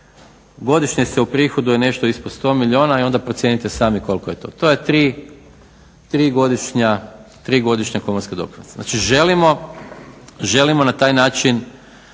Godišnje se uprihoduje nešto ispod sto milijuna i onda procijenite koliko je to. To je tri godišnja komorska doprinosa. Znači, želimo na taj način